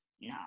no